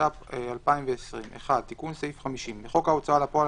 התש"ף 2020. 1. תיקון סעיף 50. בחוק ההוצאה לפועל,